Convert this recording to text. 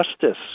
justice